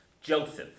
Joseph